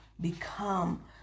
become